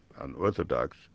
unorthodox